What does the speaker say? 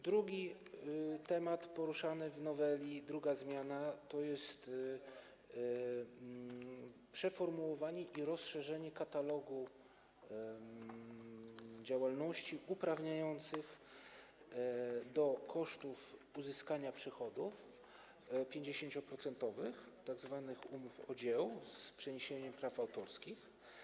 Drugi temat poruszany w noweli, druga zmiana to jest przeformułowanie i rozszerzenie katalogu działalności uprawniających do kosztów uzyskania przychodów 50-procentowych, tzw. umów o dzieło z przeniesieniem praw autorskich.